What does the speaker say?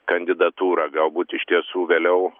kandidatūrą galbūt iš tiesų vėliau